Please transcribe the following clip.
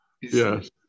Yes